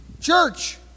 Church